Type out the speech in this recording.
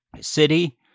City